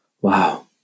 Wow